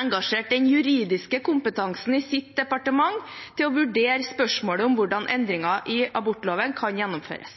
engasjerte den juridiske kompetansen i sitt departement til å vurdere spørsmålet om hvordan endringer i abortloven kan gjennomføres.